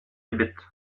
ebet